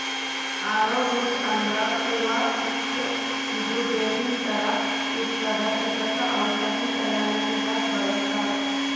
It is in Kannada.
ಆರೊ ರೂಟ್ ಅಂದ್ರ ಕೂವ ಹಿಟ್ಟ್ ಇದು ಬೇರಿನ್ ಥರ ಇರ್ತದ್ ಇದಕ್ಕ್ ಔಷಧಿ ತಯಾರಿಕೆ ದಾಗ್ ಬಳಸ್ತಾರ್